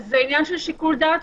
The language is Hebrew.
זה עניין של שיקול דעת,